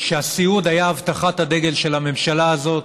שהסיעוד היה הבטחת הדגל של הממשלה הזאת,